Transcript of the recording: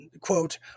quote